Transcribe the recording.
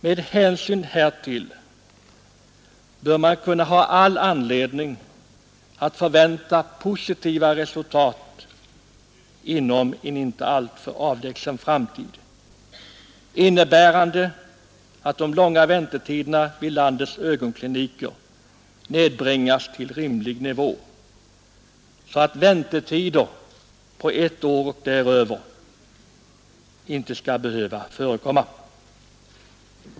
Med hänsyn härtill bör man kunna ha all anledning att förvänta positiva resultat inom en inte alltför avlägsen framtid, innebärande att de långa väntetiderna vid landets ögonkliniker nedbringas till rimlig nivå, så att väntetider på ett år och däröver inte skall behöva förekomma.